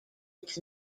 its